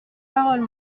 parole